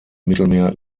mittelmeer